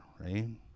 right